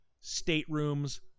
staterooms